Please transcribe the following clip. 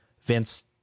vince